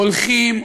הולכים,